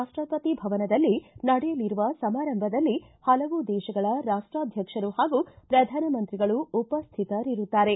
ರಾಷ್ಟಪತಿ ಭವಸೆದಲ್ಲಿ ನಡೆಯಲಿರುವ ಸಮಾರಂಭದಲ್ಲಿ ಹಲವು ದೇಶಗಳ ರಾಷ್ಟಾಧ್ಯಕ್ಷರು ಹಾಗೂ ಪ್ರಧಾನಮಂತ್ರಿಗಳು ಉಪ್ಟಿತರಿರುತ್ತಾರೆ